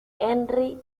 henry